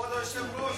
כבוד היושב-ראש,